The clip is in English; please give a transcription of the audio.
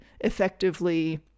effectively